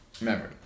memory